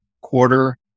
quarter